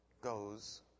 goes